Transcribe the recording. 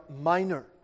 minor